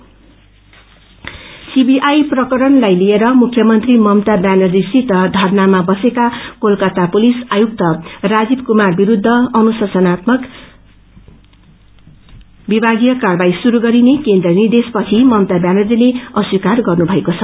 CVI CBI प्रकरणलाई लिएर मुख्यमन्त्री ममता व्यानर्जीसित धरनामा बसेका कोलकाता पुलिस आयुक्त राजीव कुमार विरूद्ध अनुशासनात्मक विभागीय कारवाई शुरू गरिने केन्द्रिय निर्देश पछि ममता व्यानर्जीते अस्वीकार गर्नुभएको छ